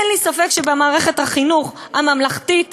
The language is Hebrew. אין לי ספק שבמערכת החינוך הממלכתית